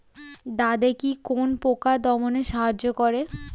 দাদেকি কোন পোকা দমনে সাহায্য করে?